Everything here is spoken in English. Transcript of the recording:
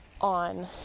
on